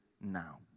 now